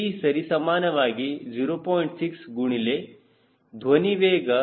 6 ಗುಣಿಲೆ ಧ್ವನಿ ವೇಗ ಎಂದು ಬರೆಯುತ್ತೇನೆ